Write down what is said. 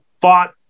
fought